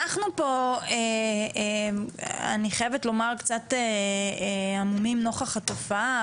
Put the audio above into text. אנחנו פה אני חייבת לומר קצת המומים נוכח התופעה